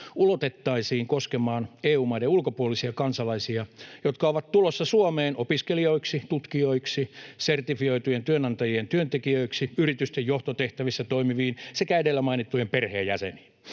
ulotettaisiin koskemaan EU-maiden ulkopuolisia kansalaisia, jotka ovat tulossa Suomeen opiskelijoiksi, tutkijoiksi tai sertifioitujen työnantajien työntekijöiksi, sekä yritysten johtotehtävissä toimiviin ja edellä mainittujen perheenjäseniin.